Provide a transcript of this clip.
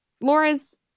Laura's